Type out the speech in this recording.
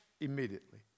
immediately